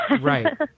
Right